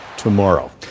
tomorrow